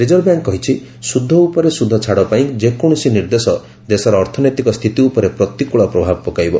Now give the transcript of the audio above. reserve bank କହିଛି ସୁଧ ଉପରେ ସୁଧ ଛାଡ ପାଇଁ ଯେକୌଣସି ନିର୍ଦ୍ଦେଶ ଦେଶର ଅର୍ଥନୈତିକ ସ୍ଥିତି ଉପରେ ପ୍ରତିକୂଳ ପ୍ରଭାବ ପକାଇବ